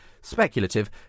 speculative